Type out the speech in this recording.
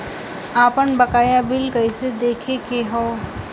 आपन बकाया बिल कइसे देखे के हौ?